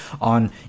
on